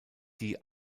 die